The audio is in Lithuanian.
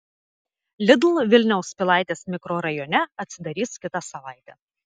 lidl vilniaus pilaitės mikrorajone atsidarys kitą savaitę